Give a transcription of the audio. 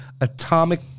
atomic